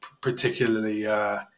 particularly